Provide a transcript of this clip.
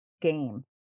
game